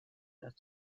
touch